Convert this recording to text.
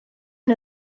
and